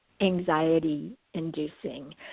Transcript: anxiety-inducing